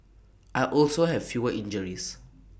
I also have fewer injuries